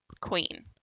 queen